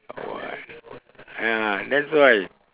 oh what ya that's why